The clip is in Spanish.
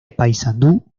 paysandú